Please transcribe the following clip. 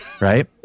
right